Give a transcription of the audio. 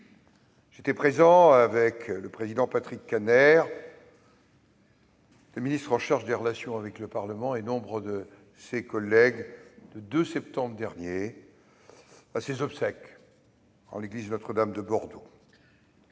socialiste et républicain, Patrick Kanner, avec le ministre chargé des relations avec le Parlement et nombre de ses collègues, le 2 septembre dernier, à ses obsèques en l'église Notre-Dame de Bordeaux.